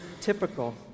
typical